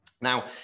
Now